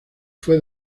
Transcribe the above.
fue